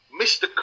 Mr